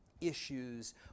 issues